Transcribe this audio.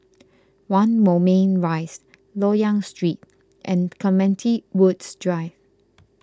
one Moulmein Rise Loyang Street and Clementi Woods Drive